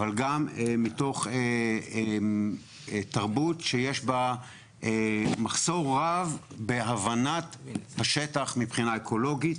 אבל גם מתוך תרבות שיש בה מחסור רב בהבנת השטח מבחינה אקולוגית,